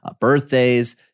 birthdays